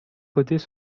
côtés